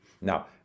Now